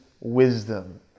wisdom